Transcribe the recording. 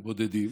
בודדים,